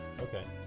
Okay